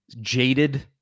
jaded